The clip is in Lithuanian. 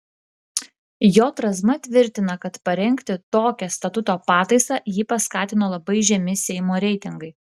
j razma tvirtina kad parengti tokią statuto pataisą jį paskatino labai žemi seimo reitingai